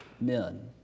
men